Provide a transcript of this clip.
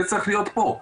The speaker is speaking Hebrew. זה צריך להיות פה,